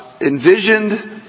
envisioned